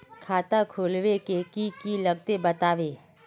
खाता खोलवे के की की लगते बतावे?